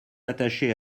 attachés